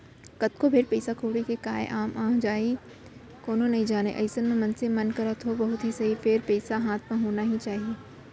कतको बेर पइसा कउड़ी के काय काम आ जाही कोनो नइ जानय अइसन म मनसे मन करा थोक बहुत ही सही फेर पइसा हाथ म होना ही चाही